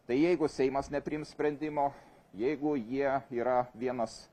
tai jeigu seimas nepriims sprendimo jeigu jie yra vienas